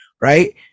Right